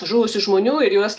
žuvusių žmonių ir juos